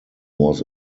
was